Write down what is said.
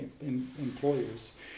employers